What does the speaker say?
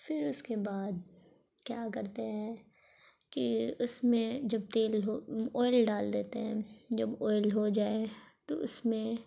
پھر اس کے بعد کیا کرتے ہیں کہ اس میں جب تیل ہو آئل ڈال دیتے ہیں جب آئل ہو جائے تو اس میں